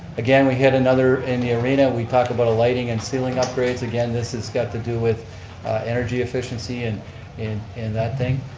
again we had another in the arena, we talk about a lightening and ceiling upgrades. again this has got to do with energy efficiency and and that thing.